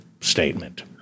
statement